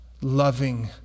loving